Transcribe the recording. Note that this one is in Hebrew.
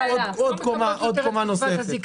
עוד קומה נוספת.